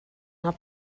not